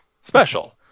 special